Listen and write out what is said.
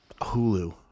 Hulu